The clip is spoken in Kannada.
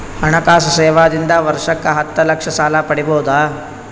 ಹಣಕಾಸು ಸೇವಾ ದಿಂದ ವರ್ಷಕ್ಕ ಹತ್ತ ಲಕ್ಷ ಸಾಲ ಪಡಿಬೋದ?